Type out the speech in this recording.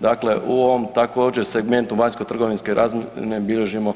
Dakle, u ovom također segmentu vanjskotrgovinske razmjene bilježimo